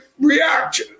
react